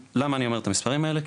למה אני אומר לכם את המספרים האלו?